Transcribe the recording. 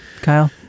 Kyle